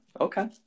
okay